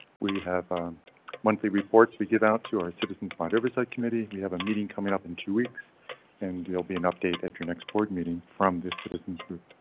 we have monthly reports. we get out to our citizens bond oversight committee. we have a meeting coming up in two weeks and will be an update at your next board meeting from this citizens group.